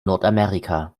nordamerika